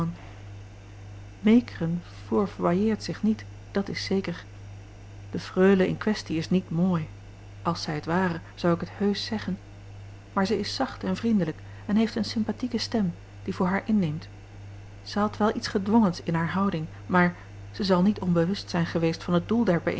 meekern fourvoyeert zich niet dat is zeker de freule in kwestie is niet mooi als zij het ware zou ik het heusch zeggen maar zij is zacht en vriendelijk en heeft eene sympathieke stem die voor haar inneemt zij had wel iets gedwongens in hare houding maar zij zal niet onbewust zijn geweest van het doel